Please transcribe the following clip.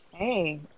Hey